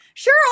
sure